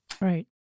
right